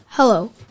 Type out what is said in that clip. Hello